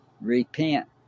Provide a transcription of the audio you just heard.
repent